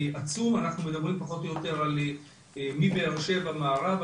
שאנחנו מדברים על חומר שהוא חשוד כסם מסוכן,